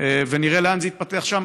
ונראה לאן זה יתפתח שם.